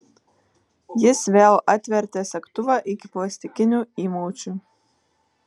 jis vėl atvertė segtuvą iki plastikinių įmaučių